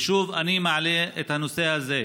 ושוב אני מעלה את הנושא הזה,